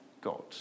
God